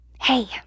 Hey